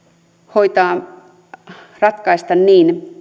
hoitaa ja ratkaista niin